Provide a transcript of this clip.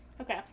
Okay